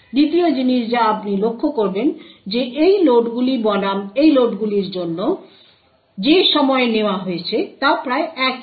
দ্বিতীয় জিনিস যা আপনি লক্ষ্য করবেন যে এই লোডগুলি বনাম এই লোডগুলির জন্য যে সময় নেওয়া হয়েছে তা প্রায় একই